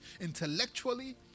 intellectually